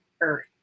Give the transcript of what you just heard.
Earth